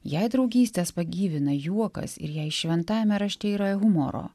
jei draugystes pagyvina juokas ir jei šventajame rašte yra humoro